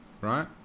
right